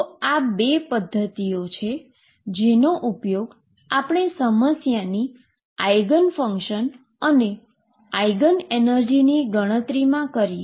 તેથી આ તે બે પદ્ધતિઓ છે જેનો ઉપયોગ આપણે આપેલ સમસ્યાની આઈગન ફંક્શન અને આઈગન એનર્જીની ગણતરીમાં કરીએ